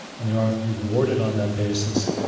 and they aren't rewarded on that basis,